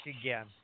again